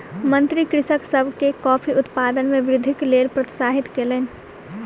मंत्री कृषक सभ के कॉफ़ी उत्पादन मे वृद्धिक लेल प्रोत्साहित कयलैन